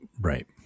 Right